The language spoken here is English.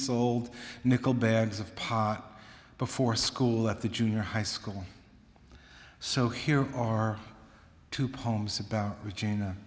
sold nickel bags of pot before school at the junior high school so here are two poems about